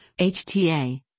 HTA